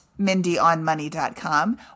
MindyOnMoney.com